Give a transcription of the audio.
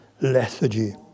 lethargy